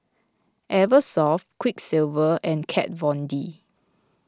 Eversoft Quiksilver and Kat Von D